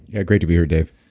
yeah, great to be here, dave.